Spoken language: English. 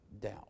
doubt